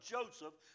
Joseph